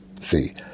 See